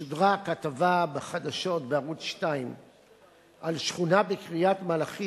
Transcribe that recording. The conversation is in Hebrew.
שודרה הכתבה בחדשות בערוץ-2 על שכונה בקריית-מלאכי